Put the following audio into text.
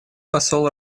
посол